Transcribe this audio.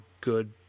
good